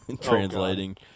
translating